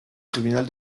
tribunal